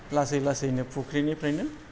लासै लासैनो फुख्रिनिफ्रायनो